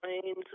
planes